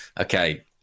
okay